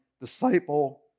disciple